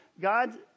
God